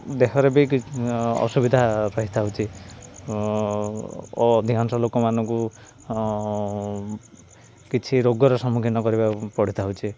ଦେହର ବି ଅସୁବିଧା ପାଇ ଥାଉଛି ଓ ଅଧିକାଂଶ ଲୋକମାନଙ୍କୁ କିଛି ରୋଗର ସମ୍ମୁଖୀନ କରିବାକୁ ପଡ଼ି ଥାଉଛି